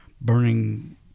burning